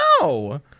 no